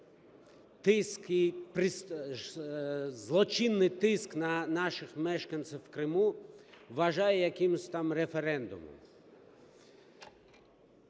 тиск, злочинний тиск на наших мешканців в Криму вважає якимось там референдумом.